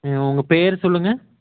ம் உங்க பேர் சொல்லுங்கள்